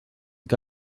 que